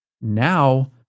Now